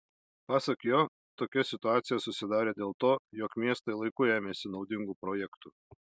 pasak jo tokia situacija susidarė dėl to jog miestai laiku ėmėsi naudingų projektų